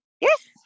Yes